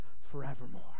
forevermore